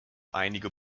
einige